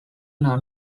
under